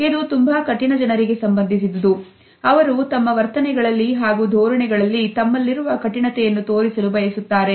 ಇದು ತುಂಬಾ ಕಠಿಣ ಜನರಿಗೆ ಸಂಬಂಧಿಸಿದೆ ಅವರು ತಮ್ಮ ವರ್ತನೆಗಳಲ್ಲಿ ಹಾಗೂ ಧೋರಣೆಗಳಲ್ಲಿ ತಮ್ಮಲ್ಲಿರುವ ಕಠಿಣತೆಯನ್ನು ತೋರಿಸಲು ಬಯಸುತ್ತಾರೆ